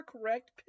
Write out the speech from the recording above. correct